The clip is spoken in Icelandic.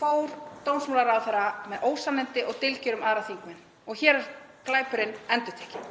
fór dómsmálaráðherra með ósannindi og dylgjur um aðra þingmenn, og hér er glæpurinn endurtekinn.